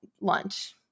lunch